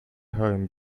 home